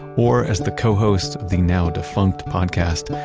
or as the co-host the now-defunct podcast,